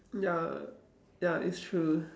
ya ya it's true